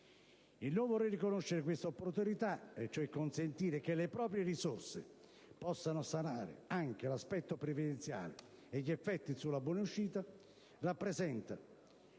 Il non voler riconoscere questa opportunità, cioè consentire che le proprie risorse possano sanare anche l'aspetto previdenziale e gli effetti sulla buonuscita, rappresenta